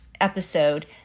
episode